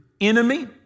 enemy